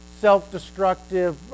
self-destructive